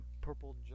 Purple